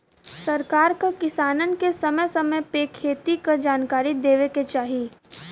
सरकार क किसानन के समय समय पे खेती क जनकारी देवे के चाही